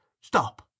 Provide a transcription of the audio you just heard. Stop